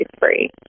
free